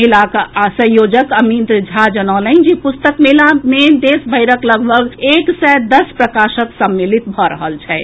मेलाक संयोजक अमित झा जनौलनि जे पुस्तक मेला मे देशभरिक लगभग एक सय दस प्रकाशक सम्मिलित भऽ रहल छथि